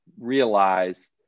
realize